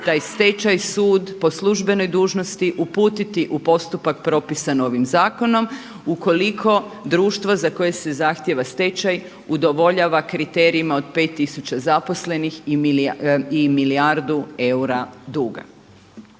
taj stečaj sud po službenoj dužnosti uputiti u postupak propisan ovim zakonom ukoliko društvo za koje se zahtijeva stečaj udovoljava kriterijima od 5000 zaposlenih i milijardu eura duga.